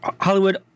Hollywood